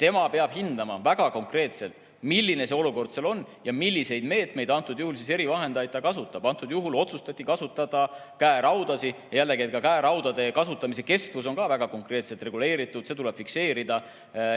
Tema peab hindama väga konkreetselt, milline olukord kohapeal on ja milliseid meetmeid, antud juhul siis erivahendeid ta kasutab. Seekord otsustati kasutada käeraudasid. Ka käeraudade kasutamise kestus on väga konkreetselt reguleeritud, see tuleb fikseerida